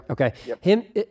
Okay